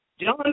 John